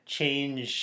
change